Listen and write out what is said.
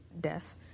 death